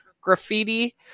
graffiti